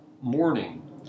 morning